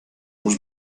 was